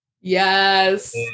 Yes